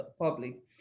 public